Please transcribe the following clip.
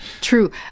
True